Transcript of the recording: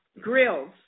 Grills